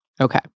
Okay